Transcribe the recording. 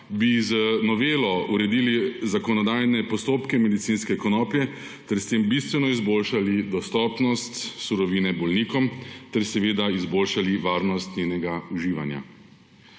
bi z novelo uredili zakonodajne postopke medicinske konoplje ter s tem bistveno izboljšali dostopnost surovine bolnikom ter seveda izboljšali varnost njenega uživanja.